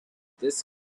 this